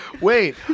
Wait